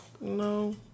No